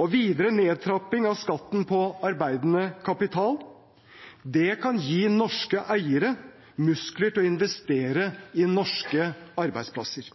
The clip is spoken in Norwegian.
og videre nedtrapping av skatten på arbeidende kapital. Det kan gi norske eiere muskler til å investere i norske arbeidsplasser.